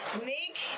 make